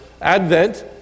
Advent